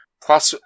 Plus